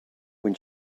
when